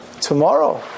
Tomorrow